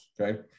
Okay